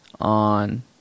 on